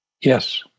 Yes